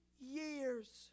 years